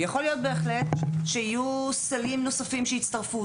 יכול להיות בהחלט שיהיו סלים נוספים שהצטרפו,